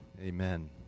amen